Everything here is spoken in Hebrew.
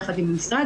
יחד עם המשרד,